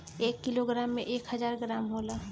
एक किलोग्राम में एक हजार ग्राम होला